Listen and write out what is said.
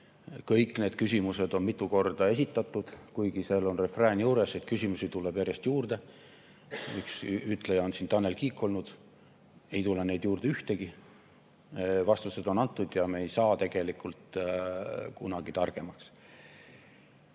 Kõiki küsimusi on mitu korda esitatud, kuigi seal on refrään juures, et küsimusi tuleb järjest juurde. Üks ütleja on olnud Tanel Kiik. Ei tule neid juurde ühtegi. Vastused on antud ja me ei saa tegelikult kunagi targemaks.